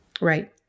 Right